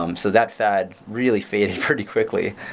um so that fad really faded pretty quickly.